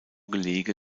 gelege